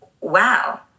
wow